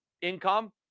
income